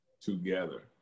together